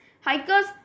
hikers